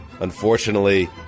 Unfortunately